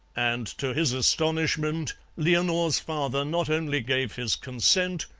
and to his astonishment leonore's father not only gave his consent,